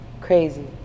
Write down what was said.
crazy